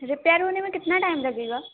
repair होने में कितना टाइम लगेगा